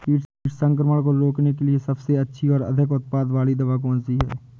कीट संक्रमण को रोकने के लिए सबसे अच्छी और अधिक उत्पाद वाली दवा कौन सी है?